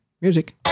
Music